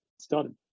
started